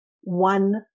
one